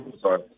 Sorry